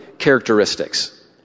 characteristics